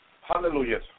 Hallelujah